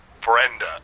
Brenda